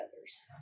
others